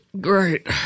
Great